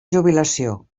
jubilació